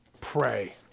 pray